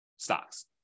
stocks